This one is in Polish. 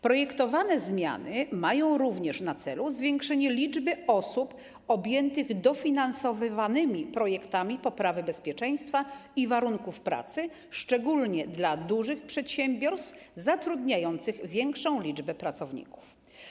Projektowane zmiany mają również na celu zwiększenie liczby osób objętych dofinansowywanymi projektami poprawy bezpieczeństwa i warunków pracy, szczególnie dla dużych przedsiębiorstw, zatrudniających większą liczbę pracowników.